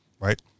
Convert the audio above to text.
right